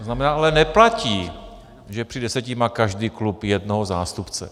To znamená, ale neplatí, že při deseti má každý klub jednoho zástupce.